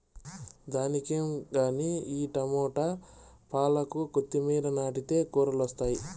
దానికేం గానీ ఈ టమోట, పాలాకు, కొత్తిమీర నాటితే కూరలొస్తాయి